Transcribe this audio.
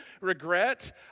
regret